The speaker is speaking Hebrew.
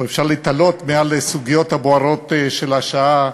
שבו אפשר להתעלות מעל הסוגיות הבוערות של השעה,